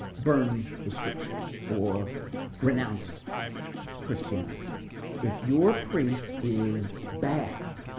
burned the scripture or renounced christianity if your priest is bad,